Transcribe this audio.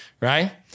right